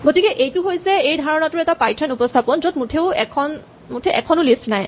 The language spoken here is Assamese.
গতিকে এইটো হৈছে এই ধাৰণাটোৰ এটা পাইথন উপস্হাপন য'ত মুঠেই এখনো লিষ্ট নাই